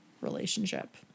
relationship